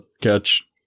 catch